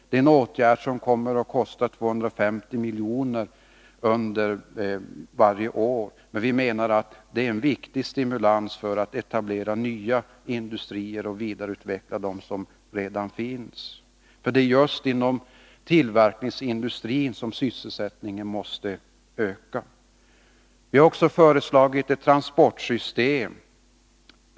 Det är en åtgärd som kommer att kosta 250 milj.kr. om året, men vi menar att det är en viktig stimulans för att etablera nya industrier och vidareutveckla dem som redan finns. Det är nämligen just inom tillverkningsindustrin som sysselsättningen måste öka. Vi har också föreslagit ett transportsystem.